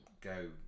go